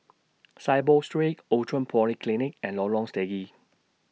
Saiboo Street Outram Polyclinic and Lorong Stangee